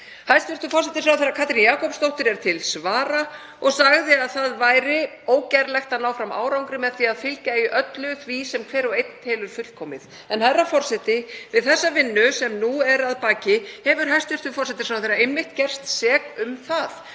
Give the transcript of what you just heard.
Hæstv. forsætisráðherra Katrín Jakobsdóttir er til svara og segir að ógerlegt sé að ná fram árangri með því að fylgja í öllu því sem hver og einn telur fullkomið. En, herra forseti, við þá vinnu sem nú er að baki hefur hæstv. forsætisráðherra einmitt gerst sekur um það.